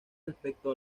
respecto